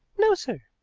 no, sir.